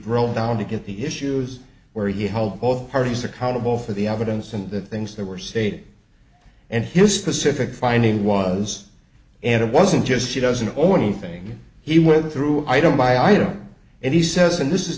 broke down to get the issues where you hold both parties accountable for the evidence and the things that were stated and his specific finding was and it wasn't just he doesn't owe anything he went through i don't buy item and he says and this is